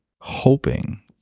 hoping